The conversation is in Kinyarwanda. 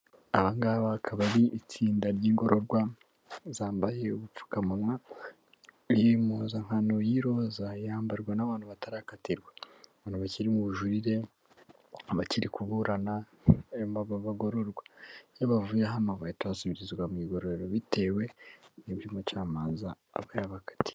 Aba ngaba bakaba akaba ari itsinda ry'ingororwa zambaye ubupfukamunwa. Iyi impuzankano y'iroza yambarwa n'abantu batarakatirwa, abantu bakiri mu bujurire, abakiri kuburana, abagororwa. Iyo bavuye hano bahita basubizwa mu mu igororero bitewe n'iby'umucamanza yabakatiye.